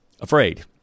afraid